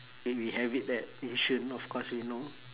and we have it at yishun of course we know